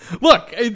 Look